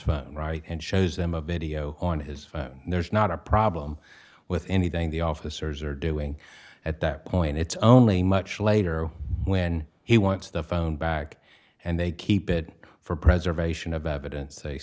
his right and shows them a video on his phone there's not a problem with anything the officers are doing at that point it's only much later when he wants the phone back and they keep it for preservation of evidence they